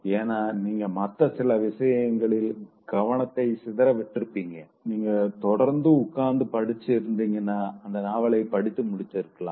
ஏன்னா நீங்க மத்த சில விஷயங்களில் கவனத்த சிதற விட்ருப்பிங்க நீங்க தொடர்ந்து உட்கார்ந்து படிச்சு இருந்தீங்கன்னா அந்த நாவல படித்து முடிச்சு இருக்கலாம்